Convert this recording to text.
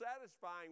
satisfying